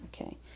Okay